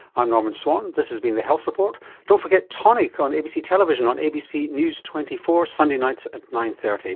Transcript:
i'm norman swan this has been the health report don't forget tonic on abc television on abc news twenty four on sunday nights at nine. thirty